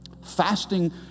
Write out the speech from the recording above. fasting